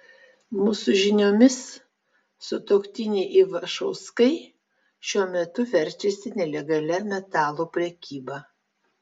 mūsų žiniomis sutuoktiniai ivašauskai šiuo metu verčiasi nelegalia metalų prekyba